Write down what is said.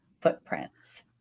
footprints